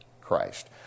Christ